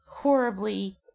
horribly